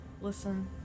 listen